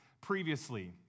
previously